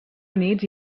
units